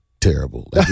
terrible